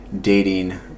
dating